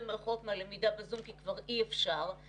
במירכאות מהלמידה בזום כי כבר אי אפשר,